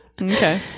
Okay